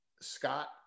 Scott